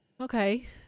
Okay